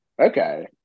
okay